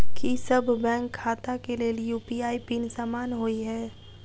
की सभ बैंक खाता केँ लेल यु.पी.आई पिन समान होइ है?